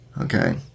Okay